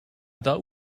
thought